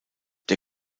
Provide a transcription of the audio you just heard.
der